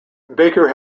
baker